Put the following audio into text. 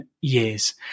years